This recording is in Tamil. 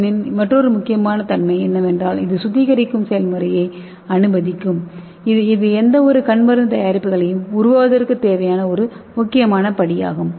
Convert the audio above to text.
என் இன் மற்றொரு முக்கியமான நன்மை என்னவென்றால் இது சுத்திகரிக்கும் செயல்முறையை அனுமதிக்கும் இது எந்தவொரு கண் மருந்து தயாரிப்புகளையும் உருவாக்குவதற்கு தேவையான படியாகும்